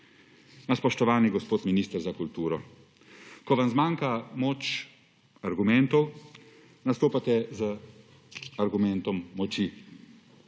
spoštovani gospod minister za kulturo, ko vam zmanjka moč argumentov, nastopate z argumentom moči,